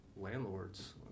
landlords